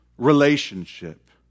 relationship